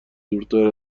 دورتر